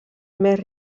més